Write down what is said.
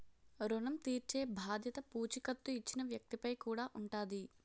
ఋణం తీర్చేబాధ్యత పూచీకత్తు ఇచ్చిన వ్యక్తి పై కూడా ఉంటాది